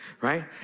Right